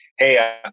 Hey